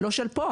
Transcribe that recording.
לא של פה,